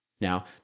Now